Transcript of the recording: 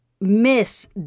miss